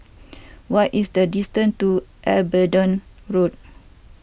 what is the distance to Abingdon Road